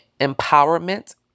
empowerment